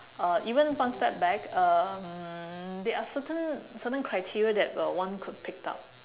uh even fun step back um there are certain certain criteria that uh one could pick up